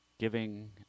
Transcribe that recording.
giving